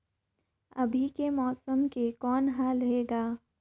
अभी के मौसम के कौन हाल हे ग?